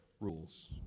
rules